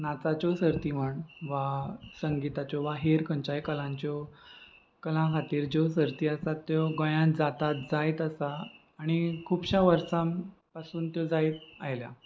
नाचाच्यो सर्ती म्हण वा संगिताच्यो वा हेर खंयच्याय कलांच्यो कला खातीर ज्यो सर्ती आसात त्यो गोंयांत जातात जायत आसा आनी खुबश्या वर्सां पासून त्यो जायत आयल्या